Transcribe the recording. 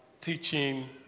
teaching